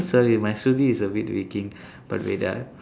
sorry my Shruthi is a bit weak-ing but wait ah